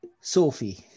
Sophie